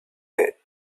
bit